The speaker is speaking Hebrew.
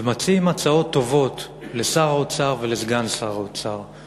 ומציעים הצעות טובות לשר האוצר ולסגן שר האוצר.